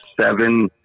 seven